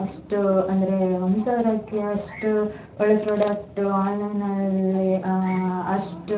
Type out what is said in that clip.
ಅಷ್ಟು ಅಂದರೆ ಒಂದು ಸಾವಿರಕ್ಕೆ ಅಷ್ಟು ಒಳ್ಳೆಯ ಪ್ರಾಡಕ್ಟ್ ಆನ್ಲೈನಲ್ಲಿ ಅಷ್ಟು